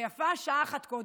ויפה שעת אחת קודם.